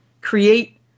create